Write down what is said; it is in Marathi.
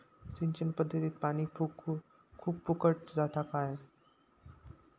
सिंचन पध्दतीत पानी खूप फुकट जाता काय?